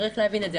צריך להבין את זה,